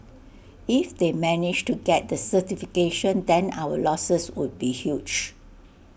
if they managed to get the certification then our losses would be huge